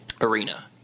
arena